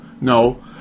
no